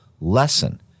lesson